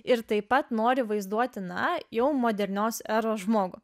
ir taip pat nori vaizduoti na jau modernios eros žmogų